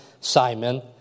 Simon